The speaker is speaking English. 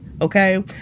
Okay